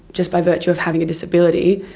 just by virtue of having a disability,